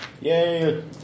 Yay